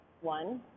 one